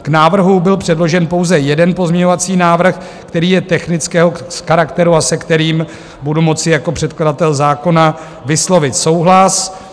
K návrhu byl předložen pouze jeden pozměňovací návrh, který je technického charakteru a se kterým budu moci jako předkladatel zákona vyslovit souhlas.